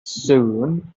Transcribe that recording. soon